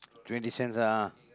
twenty cents ah ah